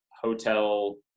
hotel